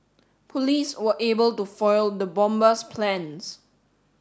police were able to foil the bomber's plans